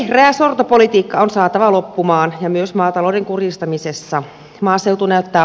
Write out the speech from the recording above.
vihreä sortopolitiikka on saatava loppumaan ja myös maatalouden kurjistaminen